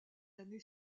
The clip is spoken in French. l’année